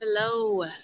Hello